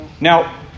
Now